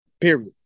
period